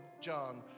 John